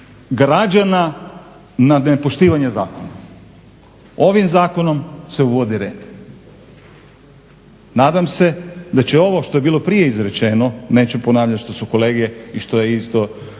građana na nepoštivanje zakona. Ovim zakonom se uvodi red. Nadam se da će ovo što je bilo prije izrečeno, neću ponavljat što su kolege i što je isto